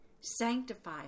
Sanctify